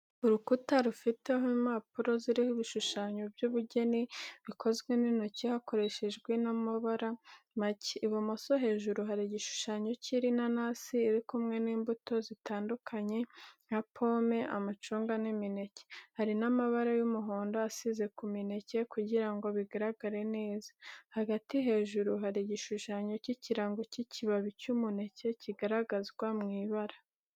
Urukuta rufiteho impapuro ziriho ibishushanyo by’ubugeni bikozwe n’intoki hakoreshejwe n’amabara make. Ibumoso hejuru hari igishushanyo cy'inanasi iri kumwe n’imbuto zitandukanye nka pome, amacunga, n’imineke. Hari n’amabara y’umuhondo asize ku mineke kugira ngo bigaragare neza. Hagati hejuru hari igishushanyo cy’ikirango cy’ikibabi cy'umuneke kigaragazwa mu ibara.